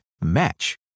match